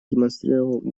демонстрировал